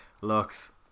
Looks